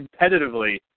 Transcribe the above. competitively